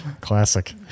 classic